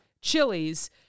chilies